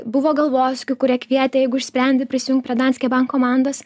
buvo galvosūkių kurie kvietė jeigu išsprendi prisijunk prie danske bank komandos